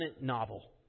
novel